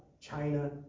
China